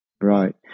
Right